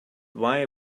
why